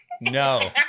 No